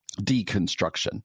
deconstruction